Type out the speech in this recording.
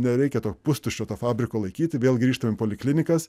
nereikia to pustuščio to fabriko laikyti vėl grįžtam į poliklinikas